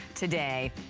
today.